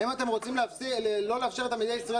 האם אתם רוצים לא לאפשר לתלמידי ישראל